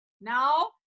Now